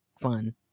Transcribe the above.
fun